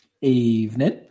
Evening